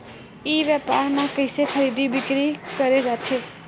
ई व्यापार म कइसे खरीदी बिक्री करे जाथे?